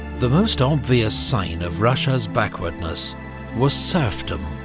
the most obvious sign of russia's backwardness was serfdom.